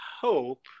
hope